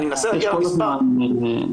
יש כל הזמן.